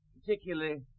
particularly